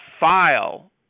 file